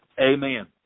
Amen